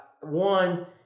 One